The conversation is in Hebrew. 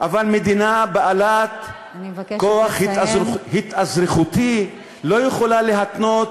אבל מדינה בעלת כוח התאזרחותי, לא יכולה להתנות